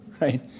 right